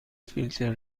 فیلتر